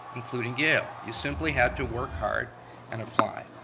including yale. you simply had to work hard and apply.